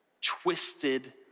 twisted